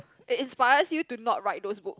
it inspires you to not write those book